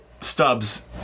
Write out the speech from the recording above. stubs